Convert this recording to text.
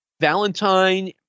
Valentine